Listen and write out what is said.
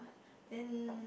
then